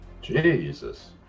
Jesus